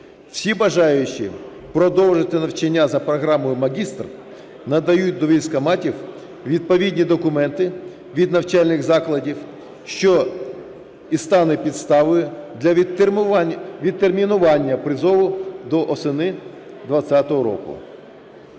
Всі бажаючі продовжити навчання за програмою магістра надають до військкоматів відповідні документи від навчальних закладів, що і стане підставою для відтермінування призову до осені 2020 року.